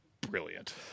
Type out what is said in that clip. Brilliant